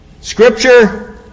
Scripture